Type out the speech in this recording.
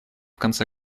конце